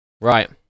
Right